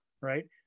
right